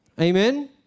Amen